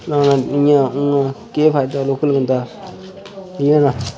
ना ना इ'यां उ'आं केह् फायदा लोकल बंदे दा ठीक ऐ ना